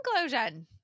conclusion